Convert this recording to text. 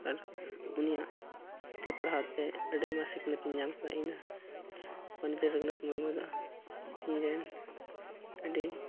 ᱟᱨ ᱩᱱᱤᱭᱟᱜ ᱯᱩᱛᱷᱤ ᱯᱟᱲᱦᱟᱣᱛᱮ ᱟᱹᱰᱤᱜᱟᱱ ᱥᱤᱠᱷᱱᱟᱹᱛᱤᱧ ᱧᱟᱢᱟᱠᱟᱫᱟ ᱤᱧ ᱯᱚᱸᱰᱤᱛ ᱨᱚᱜᱷᱩᱱᱟᱛᱷ ᱢᱩᱨᱢᱩ ᱫᱚ ᱤᱧᱨᱮᱱ ᱟᱹᱰᱤ